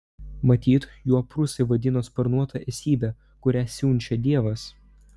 matyt juo prūsai vadino sparnuotą esybę kurią siunčia dievas